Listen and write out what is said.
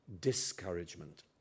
discouragement